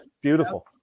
beautiful